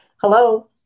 Hello